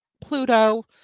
pluto